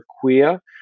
queer